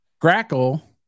grackle